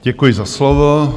Děkuji za slovo.